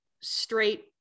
straight